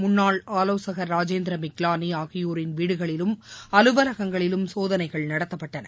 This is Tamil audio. முன்னாள் ஆவோசகர் ராஜேந்திர மிக்லாளி ஆகியோரின் வீடுகளிலும் அலுவலகங்களிலும் சோதனைகள் நடத்தப்பட்டன